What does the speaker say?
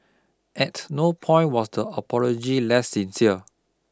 at no point was the apology less sincere